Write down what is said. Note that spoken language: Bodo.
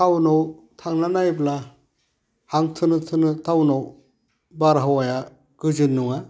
टाउनाव थांना नाइयोब्ला हां थोनो थोनो टाउनाव बारहावाया गोजोन नङा